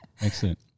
Excellent